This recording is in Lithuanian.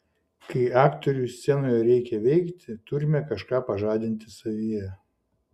kai aktoriui scenoje reikia veikti turime kažką pažadinti savyje